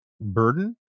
burden